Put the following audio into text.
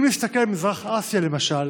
אם נסתכל על מזרח אסיה, למשל,